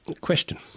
Question